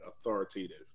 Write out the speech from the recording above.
authoritative